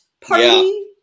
party